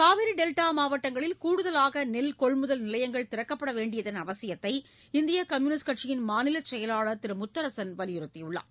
Kaveri delta மாவட்டங்களில் கூடுதலாக நெல் கொள்முதல் நிலையங்கள் திறக்கப்பட வேண்டியதன் அவசியத்தை இந்திய கம்யூனிஸ்ட் கட்சியின் மாநில செயலாளர் திரு முத்தரசன் வலியுறுத்தியுள்ளார்